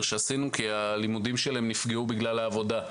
שעשינו כי הלימודים שלהם נפגעו בגלל העבודה,